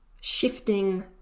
shifting